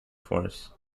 force